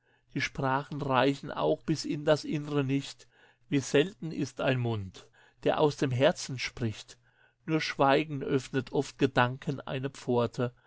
die sprachen reichen auch bis in das wie selten ist ein mund der aus dem herzen spricht nur schweigen öffnet oft gedanken eine pforte